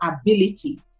ability